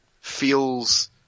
feels